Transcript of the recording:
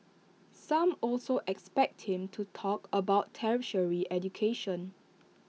some also expect him to talk about tertiary education